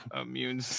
Immune